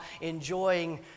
enjoying